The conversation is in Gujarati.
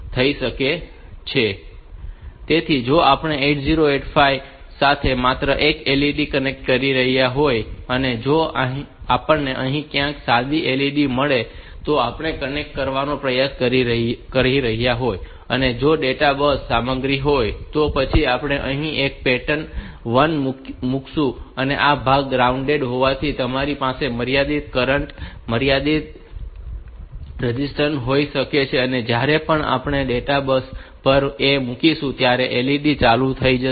તેથી જો આપણે 8085 સાથે માત્ર એક LED કનેક્ટ કરી રહ્યા હોઈએ અને જો આપણને અહીં ક્યાંક સાદી LED મળી હોય અને આપણે તેને કનેક્ટ કરવાનો પ્રયાસ કરી રહ્યા હોઈએ અને જો તે ડેટા બસ સામગ્રી હોય તો પછી આપણે અહીં એક પેટર્ન 1 મૂકવી પડશે અને આ ભાગ ગ્રાઉન્ડેડ હોવાથી તમારી પાસે મર્યાદિત કરંટ મર્યાદિત રેઝીસ્ટન્સ હોઈ શકે છે અને જ્યારે પણ આપણે ડેટા બસ પર એક મૂકીશું ત્યારે આ LED ચાલુ થઈ જશે